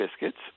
biscuits